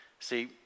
See